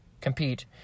compete